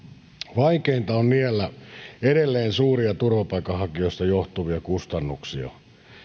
vaikeinta on niellä edelleen suuria turvapaikanhakijoista johtuvia kustannuksia